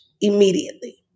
immediately